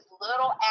little